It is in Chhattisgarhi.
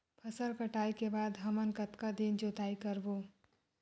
फसल कटाई के बाद हमन कतका दिन जोताई करबो?